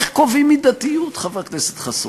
איך קובעים מידתיות, חבר הכנסת חסון?